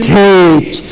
take